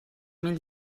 mil